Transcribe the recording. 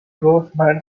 گفتمن